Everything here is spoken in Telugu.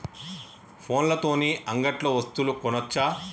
ఫోన్ల తోని అంగట్లో వస్తువులు కొనచ్చా?